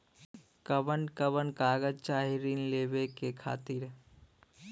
कवन कवन कागज चाही ऋण लेवे बदे?